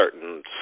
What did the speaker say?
certain